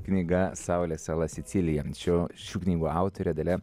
knyga saulės sala sicilija šio šių knygų autorė dalia